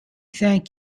thank